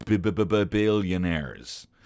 billionaires